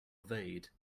evade